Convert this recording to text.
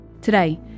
Today